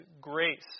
grace